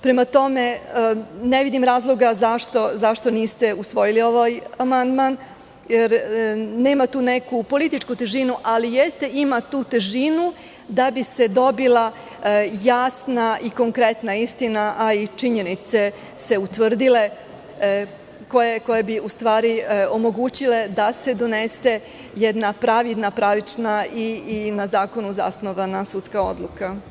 Prema tome, ne vidim razloga zašto niste usvojili ovaj amandman, jer nema tu neku politički težinu, ali ima tu težinu da bi se dobila jasna i konkretna istina, a i da bi se utvrdile činjenice koje bi u stvari omogućile da se donese jedna pravilna, pravična i na zakonu zasnovana sudska odluka.